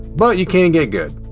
but, you can get good.